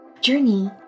Journey